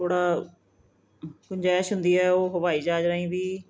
ਥੋੜ੍ਹਾ ਗੁੰਜਾਇਸ਼ ਹੁੰਦੀ ਹੈ ਉਹ ਹਵਾਈ ਜਹਾਜ਼ ਰਾਹੀਂ ਵੀ